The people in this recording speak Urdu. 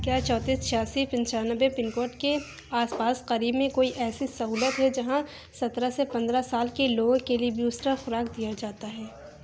کیا چونتیس چھیاسی پچانوے پن کوڈ کے آس پاس قریب میں کوئی ایسی سہولت ہے جہاں سترہ سے پندرہ سال کے لوگوں کے لیے بیوسٹر خوراک دیا جاتا ہے